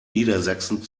niedersachsen